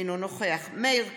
אינו נוכח מאיר כהן,